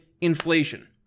inflation